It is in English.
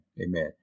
Amen